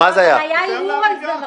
היה ערעור על זה.